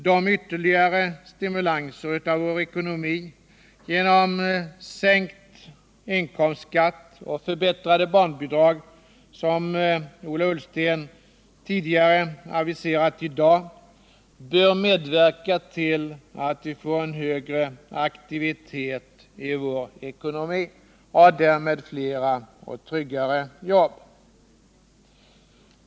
De ytterligare stimulanser av vår ekonomi genom sänkt inkomstskatt och förbättrade barnbidrag som Ola Ullsten aviserat tidigare i dag bör medverka till att vi får en högre aktivitet i vår ekonomi och därmed flera och tryggare jobb.